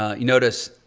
ah you notice,